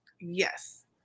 Yes